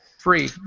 free